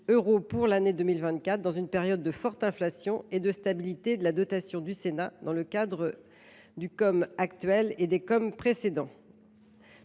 euros pour l’année 2024, dans une période de forte inflation et de stabilité de la dotation du Sénat dans le cadre de l’actuel contrat